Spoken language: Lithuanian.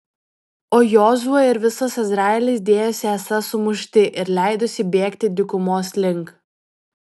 o jozuė ir visas izraelis dėjosi esą sumušti ir leidosi bėgti dykumos link